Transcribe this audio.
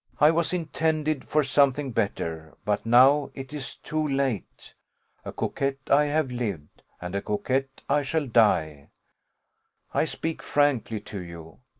i was intended for something better, but now it is too late a coquette i have lived, and a coquette i shall die i speak frankly to you.